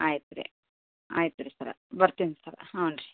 ಆಯ್ತು ರೀ ಆಯ್ತು ರೀ ಸರ್ ಬರ್ತಿನಿ ಸರ್ ಹ್ಞೂಂ ರೀ